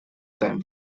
dany